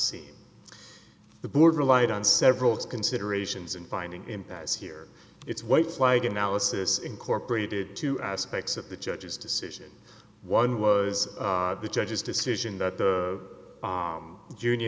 sea the board relied on several considerations and finding impacts here it's white flag analysis incorporated two aspects of the judge's decision one was the judge's decision that the